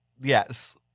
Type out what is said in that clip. Yes